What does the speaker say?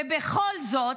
ובכל זאת,